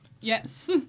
Yes